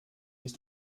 ist